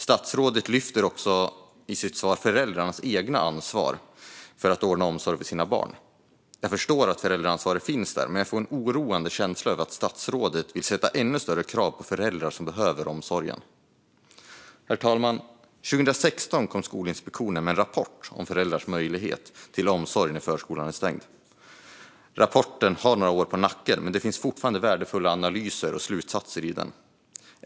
Statsrådet lyfter i sitt svar också fram föräldrarnas eget ansvar för att ordna omsorg för sina barn. Jag förstår att föräldraansvaret finns där, men jag får en oroande känsla av att statsrådet vill ställa ännu större krav på föräldrar som behöver omsorgen. Herr talman! År 2016 kom Skolinspektionen med en rapport om föräldrars möjligheter till omsorg när förskolan är stängd. Rapporten har några år på nacken, men det finns fortfarande värdefulla analyser och slutsatser i den.